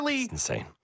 insane